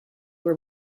were